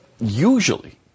Usually